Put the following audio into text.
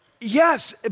yes